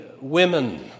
women